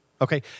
Okay